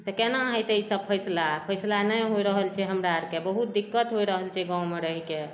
तऽ केना हेतै ईसब फैसला फैसला नहि होइ रहल छै हमरा आरके बहुत दिक्कत होइ रहल छै गाँवमे रैहिके